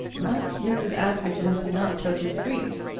but mrs. askerton was not so discreet,